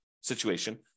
situation